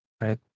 right